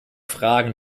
fragen